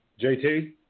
JT